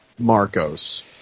marcos